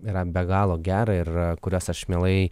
yra be galo gera ir kurias aš mielai